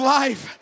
life